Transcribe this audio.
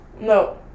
No